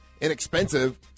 inexpensive